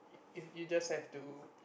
you you just have to